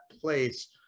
place